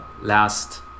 last